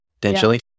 potentially